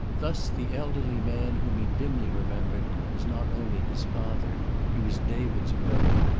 thus, the elderly man whom he dimly remembered was not only his father he was david's brother.